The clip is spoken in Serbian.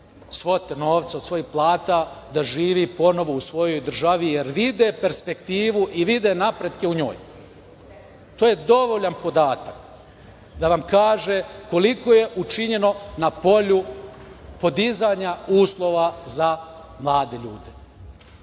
svote novca od svojih plata, da živi ponovo u svojoj državi jer vide perspektivu i vide napretke u njoj. To je dovoljan podatak da vam kaže koliko je učinjeno na polju podizanja uslova za mlade